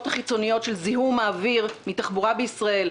החיצוניות של זיהום האוויר מתחבורה בישראל,